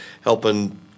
helping